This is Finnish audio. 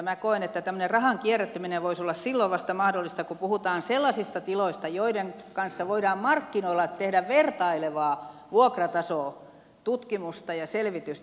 minä koen että tämmöinen rahan kierrättäminen voisi olla silloin vasta mahdollista kun puhutaan sellaisista tiloista joiden kanssa voidaan markkinoilla tehdä vertailevaa vuokratasotutkimusta ja selvitystä